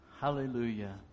Hallelujah